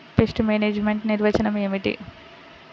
Pest management నిర్వచనం ఏమిటి?